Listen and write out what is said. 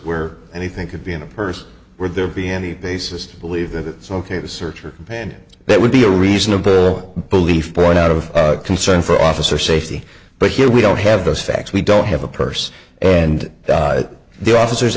where anything could be in a purse were there be any basis to believe that it's ok to search or pain that would be a reasonable belief point out of concern for officer safety but here we don't have those facts we don't have a purse and the officers